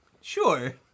sure